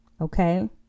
Okay